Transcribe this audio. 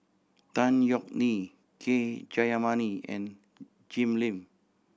Tan Yeok Nee K Jayamani and Jim Lim